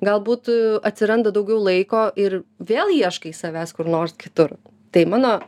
galbūt atsiranda daugiau laiko ir vėl ieškai savęs kur nors kitur tai mano